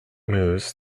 moves